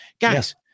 guys